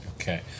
Okay